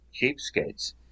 cheapskates